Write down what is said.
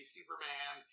Superman